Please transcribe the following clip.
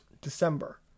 December